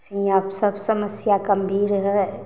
से हियाँ पे सब समस्या गम्भीर हइ